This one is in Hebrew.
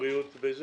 הן